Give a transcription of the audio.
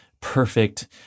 perfect